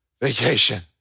Vacation